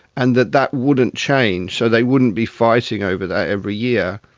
and that that wouldn't change, so they wouldn't be fighting over that every year.